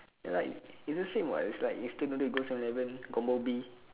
ya lah it's the same [what] it's like instant noodle go seven eleven combo B